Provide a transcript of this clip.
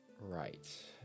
Right